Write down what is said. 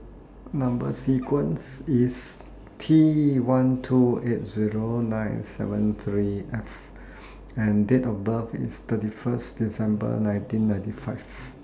Number sequence IS T one two eight Zero nine seven three F and Date of birth IS thirty First December nineteen ninety five